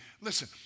listen